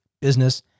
business